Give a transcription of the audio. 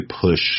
push